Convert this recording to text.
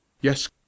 Yes